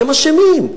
הם אשמים.